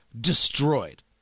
destroyed